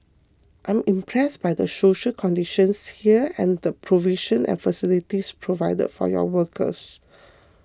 I am impressed by the social conditions here and the provision and facilities provided for your workers